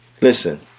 Listen